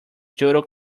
judo